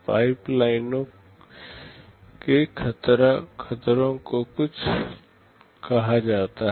pipe line के खतरों को कुछ कहा जाता है